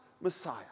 Messiah